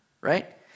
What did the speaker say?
right